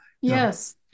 Yes